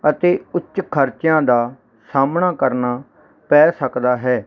ਅਤੇ ਉੱਚ ਖਰਚਿਆਂ ਦਾ ਸਾਹਮਣਾ ਕਰਨਾ ਪੈ ਸਕਦਾ ਹੈ